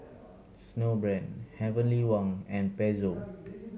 Snowbrand Heavenly Wang and Pezzo